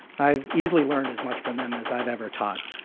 i've easily learned as much from them as i've ever taught.